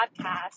podcast